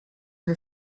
her